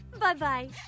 Bye-bye